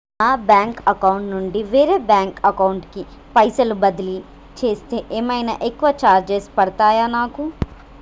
నా bank account నుండి వేరే బ్యాంక్ అకౌంట్ కి పైసల్ బదిలీ చేస్తే ఏమైనా ఎక్కువ చార్జెస్ పడ్తయా నాకు?